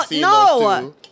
No